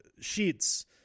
sheets